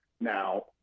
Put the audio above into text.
Now